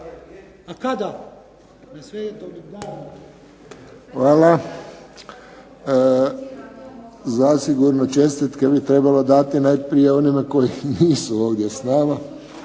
(HSS)** Hvala. Zasigurno čestitke bi trebalo dati najprije onima koji nisu ovdje s nama